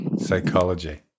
Psychology